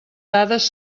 dades